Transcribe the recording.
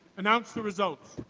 announce the results.